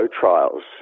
trials